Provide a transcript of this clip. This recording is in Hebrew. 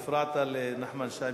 והפרעת לנחמן שי,